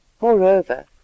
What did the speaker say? Moreover